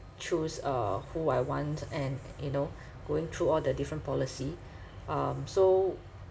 choose uh who I want and you know going through all the different policy um so